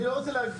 אני לא רוצה להגיד,